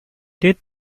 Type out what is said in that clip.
did